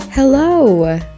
hello